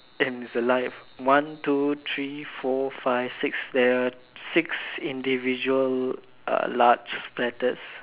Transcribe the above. and it's alive one two three four five six seven six individual uh large splatters